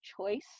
choice